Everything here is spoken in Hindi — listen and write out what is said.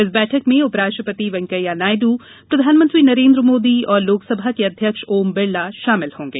इस बैठक में उपराष्टपति वेंकैया नायडू प्रधानमंत्री नरेन्द्र मोदी और लोकसभा के अध्यक्ष ओम बिरला शामिल होंगे